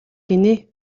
гэнэ